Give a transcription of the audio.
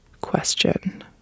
question